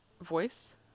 voice